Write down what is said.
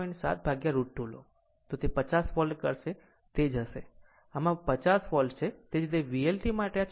7 √ 2 લો તો તે 50 વોલ્ટ કરશે તે જ હશે આમ જ આ એક 50 વોલ્ટ છે તે જ રીતે VL t માટે આ 56 છે